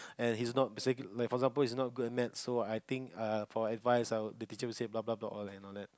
and he's not say like for example he's not good at Math so I think err for advice I'll the teacher would say blah blah blah all and all that